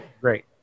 Great